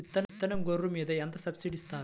విత్తనం గొర్రు మీద ఎంత సబ్సిడీ ఇస్తారు?